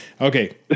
Okay